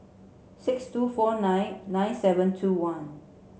six two four nine nine seven two one